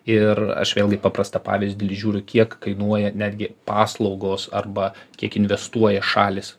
ir aš vėlgi paprastą pavyzdį žiūriu kiek kainuoja netgi paslaugos arba kiek investuoja šalys